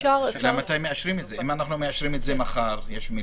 השאלה היא מתי מאשרים את זה והאם אנחנו מאשרים את זה מחר במליאה.